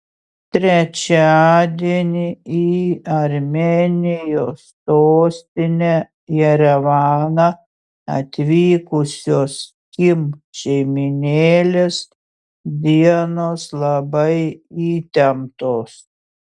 trečiadienį į armėnijos sostinę jerevaną atvykusios kim šeimynėlės dienos labai įtemptos